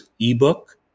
ebook